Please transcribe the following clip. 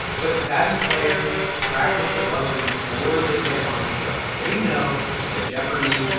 but savvy players practice the buzzer before they get on the show. they know that jeopardy!